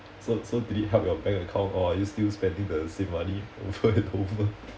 so so did it help your bank account or are you still spending the same money over and over